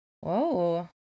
Whoa